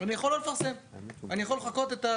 התיקון המוצע הזה לסעיף,